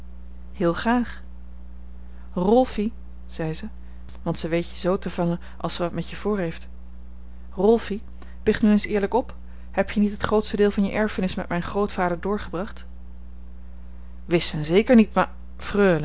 heel graag rolfie zei ze want ze weet je zoo te vangen als ze wat met je voorheeft rolfie biecht nu eens eerlijk op heb je niet het grootste deel van je erfenis met mijn grootvader doorgebracht wis en zeker niet